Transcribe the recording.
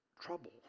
trouble